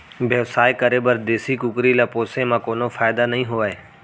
बेवसाय करे बर देसी कुकरी ल पोसे म कोनो फायदा नइ होवय